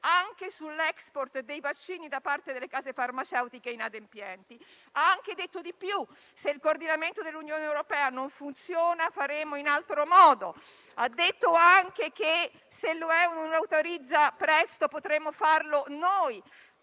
all'*export* dei vaccini da parte delle case farmaceutiche inadempienti. Ha anche detto di più: se il coordinamento dell'Unione europea non funziona, faremo in altro modo; e, se l'UE non autorizza presto, potremo farlo noi.